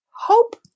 hope